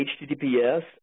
HTTPS